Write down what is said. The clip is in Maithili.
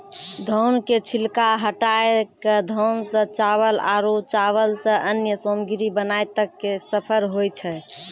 धान के छिलका हटाय कॅ धान सॅ चावल आरो चावल सॅ अन्य सामग्री बनाय तक के सफर होय छै